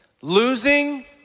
Losing